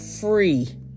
Free